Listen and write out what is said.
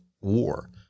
War